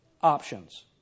options